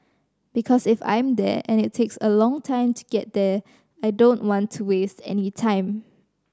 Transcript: because if I'm there and it takes a long time to get there I don't want to waste any time